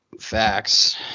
Facts